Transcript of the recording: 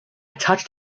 touched